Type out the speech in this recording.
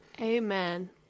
Amen